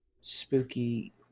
spooky